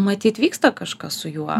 matyt vyksta kažkas su juo